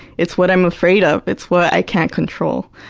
it's what i'm afraid of. it's what i can't control.